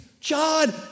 John